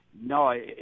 no